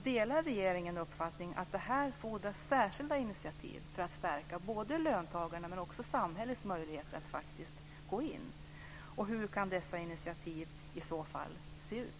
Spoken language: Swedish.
Delar regeringen uppfattningen att här fordras särskilda initiativ för att stärka löntagarna och samhällets möjligheter att gå in? Hur kan dessa initiativ i så fall se ut?